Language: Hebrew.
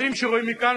ישיב דברים קצרים